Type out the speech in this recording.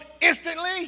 instantly